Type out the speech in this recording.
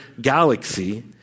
galaxy